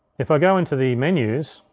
if i go into the menus,